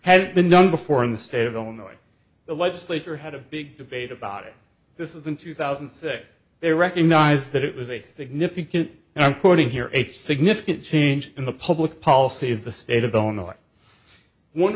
has been done before in the state of illinois the legislature had a big debate about it this is in two thousand and six they recognize that it was a significant and i'm quoting here a significant change in the public policy of the state of illinois one